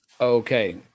Okay